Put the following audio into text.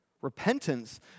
Repentance